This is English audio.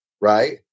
right